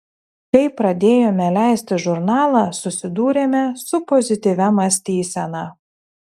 kai pradėjome leisti žurnalą susidūrėme su pozityvia mąstysena